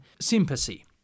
sympathy